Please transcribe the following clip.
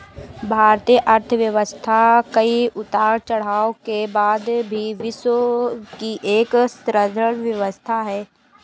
भारतीय अर्थव्यवस्था कई उतार चढ़ाव के बाद भी विश्व की एक सुदृढ़ व्यवस्था है